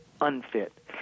unfit